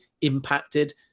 impacted